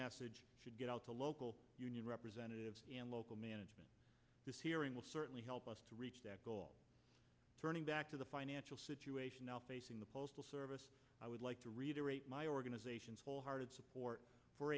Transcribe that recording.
message should get out to local union representatives and local management this hearing will certainly help us to reach that goal turning back to the financial situation outpacing the postal service i would like to reiterate my organizations whole hearted support for